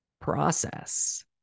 process